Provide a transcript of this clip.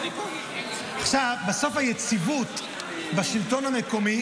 בסוף היציבות בשלטון המקומי